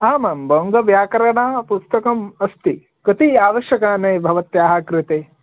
आम् आम् बङ्गव्याकरणपुस्तकम् अस्ति कति आवश्यकानि भवत्याः कृते